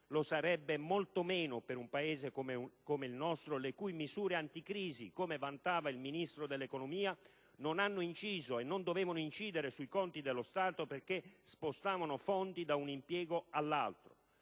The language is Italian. lo è molto meno per un Paese come il nostro le cui misure anticrisi, come vantava il Ministro dell'economia, non hanno inciso e non dovevano incidere sui conti dello Stato perché spostavano fondi da un impiego all'altro.